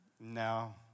no